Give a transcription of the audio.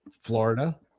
Florida